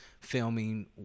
filming